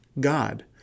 God